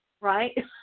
right